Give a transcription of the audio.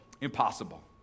impossible